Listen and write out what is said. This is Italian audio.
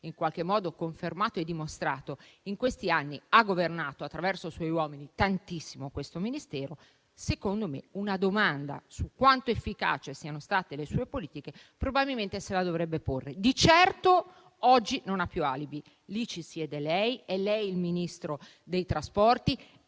- come le ho confermato e dimostrato - in questi anni ha governato attraverso i suoi uomini tantissimo questo Ministero, secondo me una domanda su quanto efficace siano state le sue politiche probabilmente se la dovrebbe porre. Di certo oggi non ha più alibi: lì ci siede lei, è lei il Ministro dei trasporti;